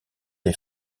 des